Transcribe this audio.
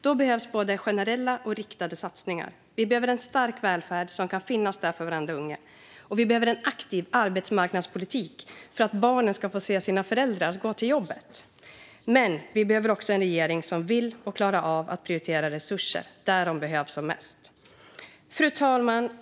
Då behövs både generella och riktade satsningar. Vi behöver en stark välfärd som kan finnas där för varenda unge, och vi behöver en aktiv arbetsmarknadspolitik för att barnen ska få se sina föräldrar gå till jobbet. Men vi behöver också en regering som vill och klarar av att prioritera resurser dit där de behövs som mest. Fru talman!